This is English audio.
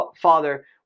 Father